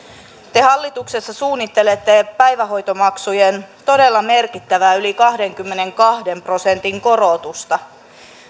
te hallituksessa suunnittelette päivähoitomaksujen todella merkittävää yli kahdenkymmenenkahden prosentin korotusta